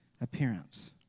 appearance